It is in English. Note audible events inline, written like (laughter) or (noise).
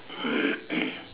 (coughs)